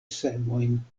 semojn